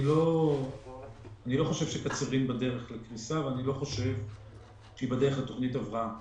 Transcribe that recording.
אני לא חושב שקצרין בדרך לקריסה ואני לא חושב שהיא בדרך לתכנית הבראה.